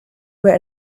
were